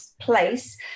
place